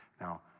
Now